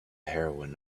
heroine